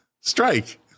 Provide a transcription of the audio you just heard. strike